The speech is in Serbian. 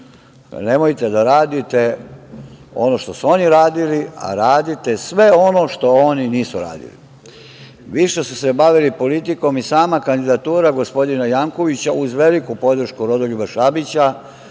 Nemojte da radite ono što su oni radili, a radite sve ono što oni nisu radili, više su se bavili politikom i sama kandidatura gospodina Jankovića uz veliku podršku Rodoljuba Šabića